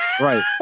Right